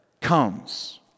comes